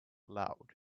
loud